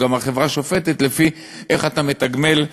גם החברה שופטת לפי איך אתה מתגמל,